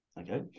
okay